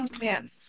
man